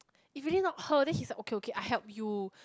if really not her then he's like okay okay I help you